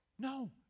No